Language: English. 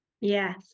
yes